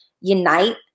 unite